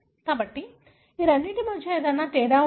కాబట్టి ఈ రెండింటి మధ్య ఏమైనా తేడా ఉందా